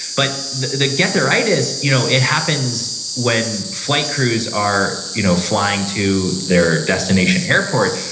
but the the get-there-itis, you know it happens when flight crews are you know flying to their destination airport,